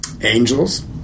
angels